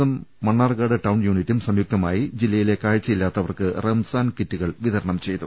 M Mannarkkad town യൂണിറ്റും സംയു ക്തമായി ജില്ലയിലെ കാഴ്ചയില്ലാത്തവർക്ക് റംസാൻ കിറ്റു കൾ വിതരണം ചെയ്തു